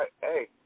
hey